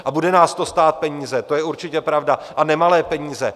A bude nás to stát peníze, to je určitě pravda, a nemalé peníze.